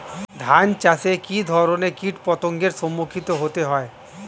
ধান চাষে কী ধরনের কীট পতঙ্গের সম্মুখীন হতে হয়?